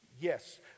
Yes